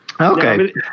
Okay